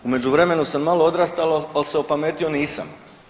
U međuvremenu sam malo odrastao ali se opametio nisam.